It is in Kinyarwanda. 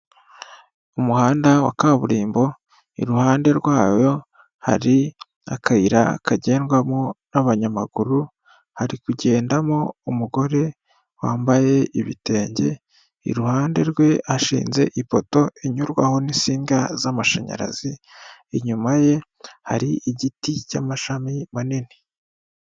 Umuhanda wa kaburimbo iruhande rwawo hari akayira kagendwamo n'abanyamaguru hariku kugendamo umugore wambaye ibitenge, iruhande rwe hashinze ipoto inyurwaho n'isinga z'amashanyarazi, inyuma ye hari igiti cy'amashami manini.